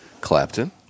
Clapton